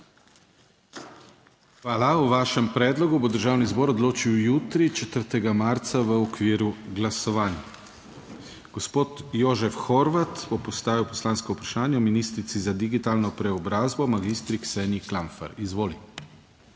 Hvala. O vašem predlogu bo Državni zbor odločil jutri, 4. marca, v okviru glasovanj. Gospod Jožef Horvat bo postavil poslansko vprašanje ministrici za digitalno preobrazbo mag. Kseniji Klampfer. Izvoli.